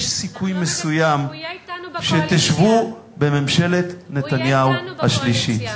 יש סיכוי מסוים שתשבו בממשלת נתניהו השלישית.